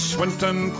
Swinton